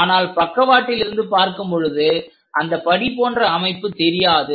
ஆனால் பக்கவாட்டில் இருந்து பார்க்கும் பொழுது அந்தப்படி போன்ற அமைப்பு தெரியாது